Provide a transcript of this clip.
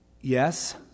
yes